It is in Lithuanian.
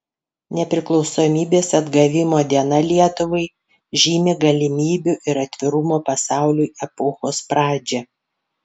nepriklausomybės atgavimo diena lietuvai žymi galimybių ir atvirumo pasauliui epochos pradžią